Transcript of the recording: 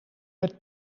met